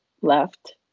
left